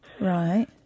Right